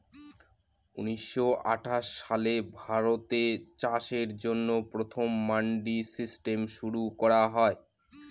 উনিশশো আঠাশ সালে ভারতে চাষের জন্য প্রথম মান্ডি সিস্টেম শুরু করা হয়